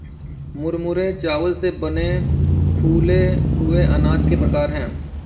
मुरमुरे चावल से बने फूले हुए अनाज के प्रकार है